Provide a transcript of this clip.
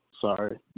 Sorry